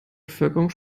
bevölkerung